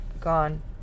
gone